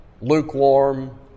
lukewarm